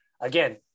again